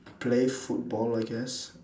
play football I guess